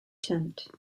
tint